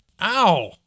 Ow